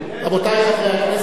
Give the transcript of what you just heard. רבותי חברי הכנסת,